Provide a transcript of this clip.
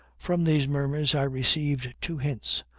from these murmurs i received two hints.